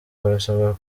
barasabwa